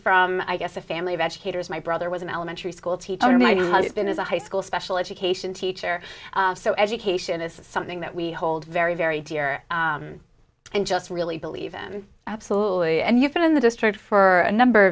from i guess a family of educators my brother was an elementary school teacher of mine husband is a high school special education teacher so education is something that we hold very very dear and just really believe him absolutely and you've been in the district for a number